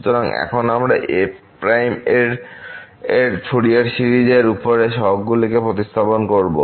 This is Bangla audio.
সুতরাং এখন আমরা f এর ফুরিয়ার সিরিজে এই উপরের সহগগুলিকে প্রতিস্থাপন করব